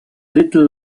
little